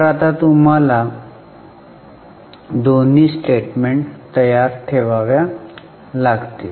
तर आता तुम्हाला दोन्ही स्टेटमेंट तयार ठेवाव्या लागतील